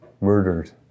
murdered